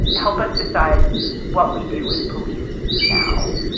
help us decide what we do with police. now,